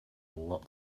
lot